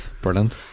brilliant